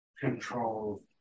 Control